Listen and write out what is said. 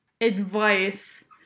advice